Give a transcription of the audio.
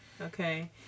Okay